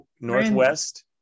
northwest